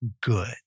good